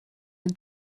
den